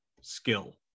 skill